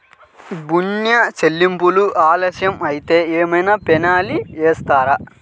ఋణ చెల్లింపులు ఆలస్యం అయితే ఏమైన పెనాల్టీ వేస్తారా?